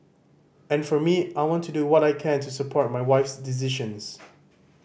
and for me I want to do what I can to support my wife's decisions